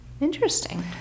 Interesting